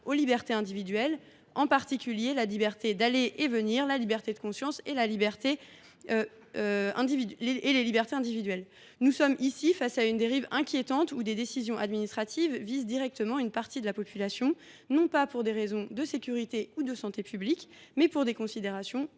aux libertés individuelles, en particulier à la liberté d’aller et venir, à la liberté de conscience et à la liberté individuelle. Nous faisons face ici à une dérive inquiétante : des décisions administratives visent directement une partie de la population non pas pour des raisons de sécurité ou de santé publique, mais pour des considérations